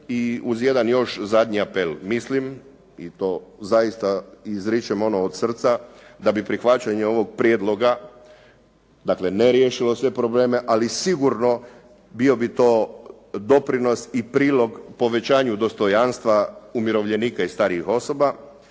i uz jedan još zadnji apel. Mislim i to zaista izričem ono od srca, da bi prihvaćanje ovog prijedloga dakle ne riješilo sve probleme, ali sigurno bio bi to doprinos i prilog povećanju dostojanstva umirovljenika i starijih osoba,